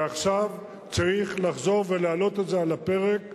ועכשיו צריך לחזור ולהעלות את זה על הפרק,